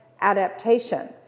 adaptation